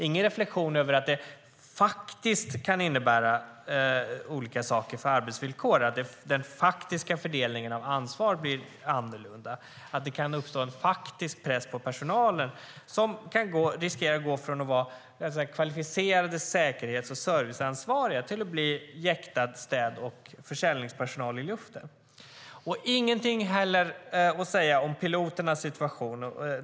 Hon reflekterar inte över att detta kan innebära olika saker för arbetsvillkoren, nämligen att den faktiska fördelningen av ansvar blir annorlunda. Det kan uppstå en press på personalen, som riskerar att gå från att vara kvalificerad säkerhets och serviceansvarig personal till att bli jäktad städ och försäljningspersonal i luften. Elisabeth Svantesson har heller ingenting att säga om piloternas situation.